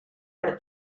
per